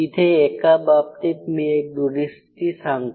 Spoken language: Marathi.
इथे एका बाबतीत मी एक दुरुस्ती सांगतो